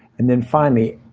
and then, finally,